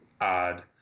odd